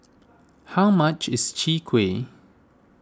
how much is Chwee Kueh